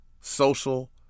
social